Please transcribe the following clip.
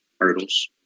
hurdles